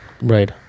Right